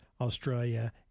Australia